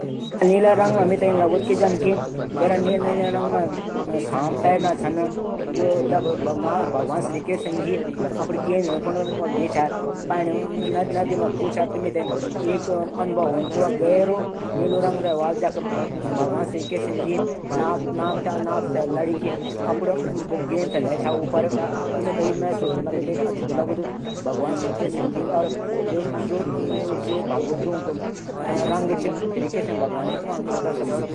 मेथे गाना गानू बहुत शौक चा। अगर मेथे क्वी गाना गान धुन सिखादू तु मेरी रूची वां मच।